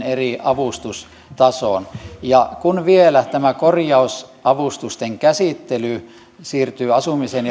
eri avustustasoon kun vielä tämä korjausavustusten käsittely siirtyy asumisen